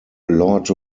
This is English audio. lord